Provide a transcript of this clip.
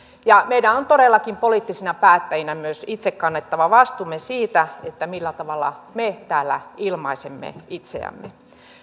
ja meidän on todellakin poliittisina päättäjinä myös itse kannettava vastuumme siitä millä tavalla me täällä ilmaisemme itseämme